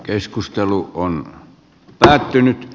keskustelu on päättynyt